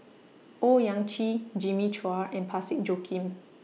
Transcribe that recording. Owyang Chi Jimmy Chua and Parsick Joaquim